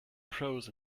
pros